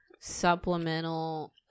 Supplemental